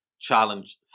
challenge